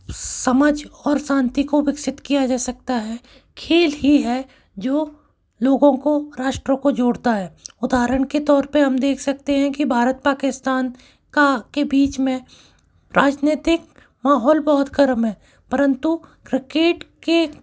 समझ और शांति को विकसित किया जा सकता है खेल ही है जो लोगों को राष्ट्रों को जोड़ता है उदाहरण के तौर पर हम देख सकते है कि भारत पाकिस्तान का के बीच में राजनैतिक माहौल बहुत गर्म है परंतु क्रिकेट के